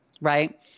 right